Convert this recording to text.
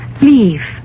Leave